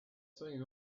seen